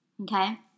Okay